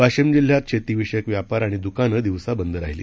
वाशिम जिल्ह्यात शेती विषयक व्यापार आणि दुकानं दिवसा बंद राहिली